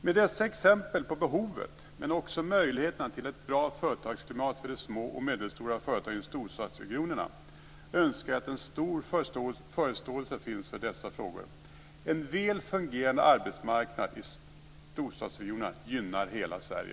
Med dessa exempel på behovet men också möjligheterna till ett bra företagsklimat för de små och medelstora företagen i storstadsregionerna önskar jag att en stor förståelse finns för dessa frågor. En väl fungerande arbetsmarknad i storstadsregionerna gynnar hela Sverige.